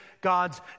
God's